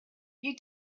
you